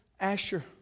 Asher